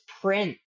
print